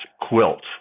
quilt